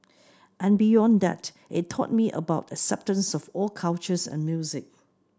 and beyond that it taught me about acceptance of all cultures and music